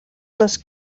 les